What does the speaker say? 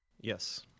Yes